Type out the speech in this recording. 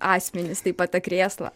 asmenys taip pat tą krėslą